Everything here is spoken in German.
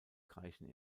kreischen